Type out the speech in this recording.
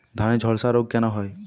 ধানে ঝলসা রোগ কেন হয়?